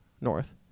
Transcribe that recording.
North